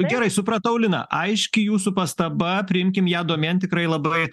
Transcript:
gerai supratau lina aiški jūsų pastaba priimkim ją domėn tikrai labai